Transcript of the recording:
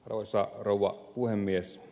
arvoisa rouva puhemies